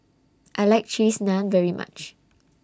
I like Cheese Naan very much